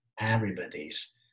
everybody's